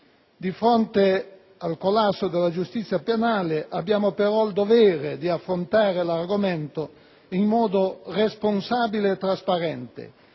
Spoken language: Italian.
Di fronte al collasso della giustizia penale abbiamo, però, il dovere di affrontare l'argomento in modo responsabile e trasparente,